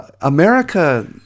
America